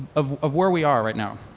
of of where we are right now.